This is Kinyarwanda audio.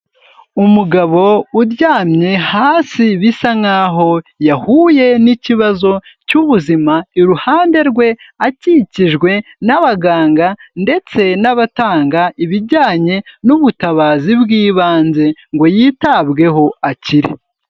Umugabo uryamye hasi bisa nkaho yahuye n'ikibazo cy'ubuzima, iruhande rwe akikijwe n'abaganga ndetse n'abatanga ibijyanye n'ubutabazi bw'ibanze ngo yitabweho akire.